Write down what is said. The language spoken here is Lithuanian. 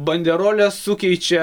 banderoles sukeičia